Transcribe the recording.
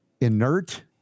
inert